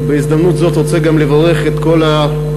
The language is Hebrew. בהזדמנות הזאת אני רוצה גם לברך את כל חברי